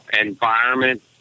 environment